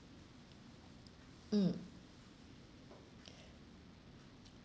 mm